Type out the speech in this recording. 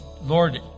lord